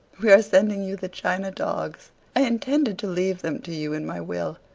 we are sending you the china dogs intended to leave them to you in my will,